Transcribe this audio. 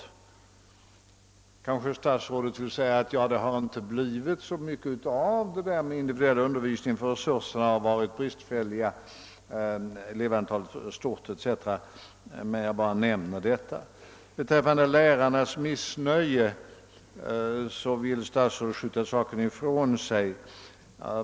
Statsrådet kanske vill säga att det inte har blivit så mycket av med den individuella undervisningen ty resurserna har varit bristfälliga, elevantalet har varit för stort etc. Men jag ville ändå nämna detta. Beträffande lärarnas missnöje vill statsrådet skjuta denna fråga ifrån sig.